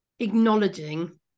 acknowledging